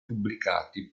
pubblicati